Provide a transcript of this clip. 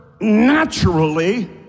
naturally